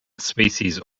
species